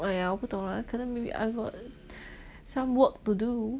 oh 我不懂 lah 可能 maybe I got some work to do